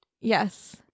Yes